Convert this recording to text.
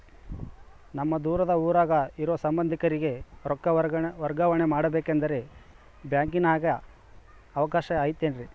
ನಮ್ಮ ದೂರದ ಊರಾಗ ಇರೋ ಸಂಬಂಧಿಕರಿಗೆ ರೊಕ್ಕ ವರ್ಗಾವಣೆ ಮಾಡಬೇಕೆಂದರೆ ಬ್ಯಾಂಕಿನಾಗೆ ಅವಕಾಶ ಐತೇನ್ರಿ?